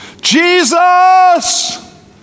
Jesus